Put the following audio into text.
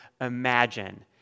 imagine